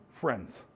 friends